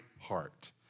heart